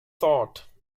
thought